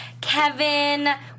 Kevin